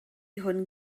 hwn